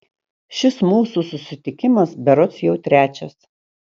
šis mūsų susitikimas berods jau trečias